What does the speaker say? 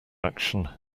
action